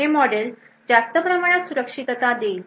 हे मॉडेल जास्त प्रमाणात सुरक्षितता देईल